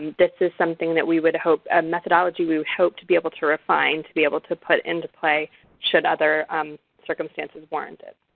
this is something that we would hope, a methodology we would hope to be able to refine, to be able to put into play should other um circumstances warrant it.